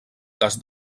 cas